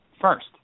first